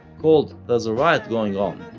called there's a riot going on.